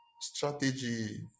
strategy